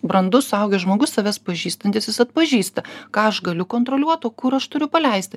brandus suaugęs žmogus savęs pažįstantis jis atpažįsta ką aš galiu kontroliuot o kur aš turiu paleisti